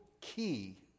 key